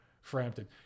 Frampton